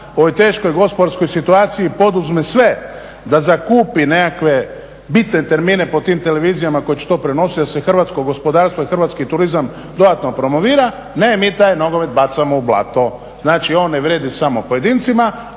ovoj teškoj gospodarskoj situaciji poduzme sve da zakupi nekakve bitne termine po tim televizijama koje će to prenositi, da se hrvatsko gospodarstvo i hrvatski turizam dodatno promovira. Ne, mi taj nogomet bacamo u blato. Znači on ne vrijedi samo pojedincima,